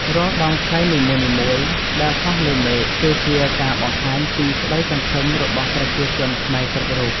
រាល់ដងខ្លែងនីមួយៗដែលហោះលើមេឃ គឺជាការបង្ហាញពីក្តីសង្ឃឹមរបស់ប្រជាជនខ្មែរគ្រប់រូប។